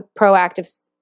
proactive